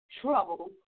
trouble